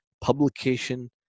publication